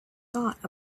thought